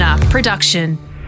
Production